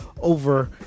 over